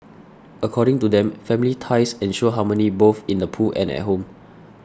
according to them family ties ensure harmony both in the pool and at home